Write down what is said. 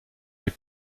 les